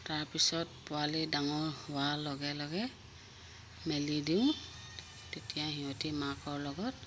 তাৰপিছত পোৱালি ডাঙৰ হোৱাৰ লগে লগে মেলি দিওঁ তেতিয়া সিহঁতি মাকৰ লগত